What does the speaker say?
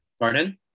Pardon